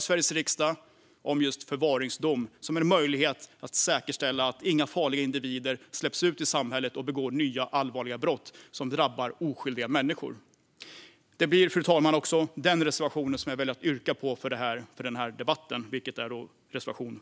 Sveriges riksdag förslaget om just förvaringsdom som en möjlighet att säkerställa att inga farliga individer släpps ut i samhället och begår nya allvarliga brott som drabbar oskyldiga människor. Fru talman! Det blir den reservationen, reservation 49, jag väljer att yrka bifall till i den här debatten.